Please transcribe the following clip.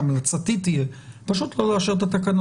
המלצתי תהיה פשוט לא לאשר את התקנה